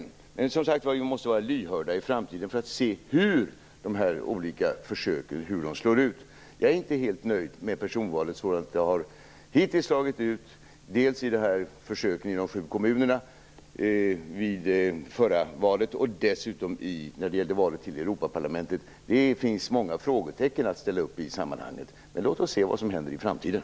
Vi måste som sagt var vara lyhörda i framtiden, och se hur de olika försöken slår ut. Jag är inte helt nöjd med personvalet så som det hittills har slagit ut - dels i försöken i kommunerna vid förra valet, dels i valet till Europaparlamentet. Det finns många frågetecken i sammanhanget. Men låt oss se vad som händer i framtiden.